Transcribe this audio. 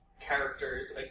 characters